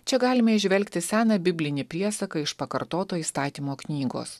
čia galima įžvelgti seną biblinį priesaką iš pakartoto įstatymo knygos